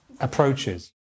approaches